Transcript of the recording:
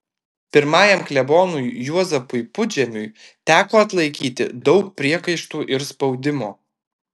pirmajam klebonui juozapui pudžemiui teko atlaikyti daug priekaištų ir spaudimo